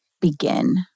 begin